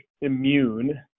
immune